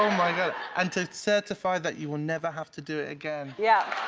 my god. and to certify that you will never have to do it again. yeah.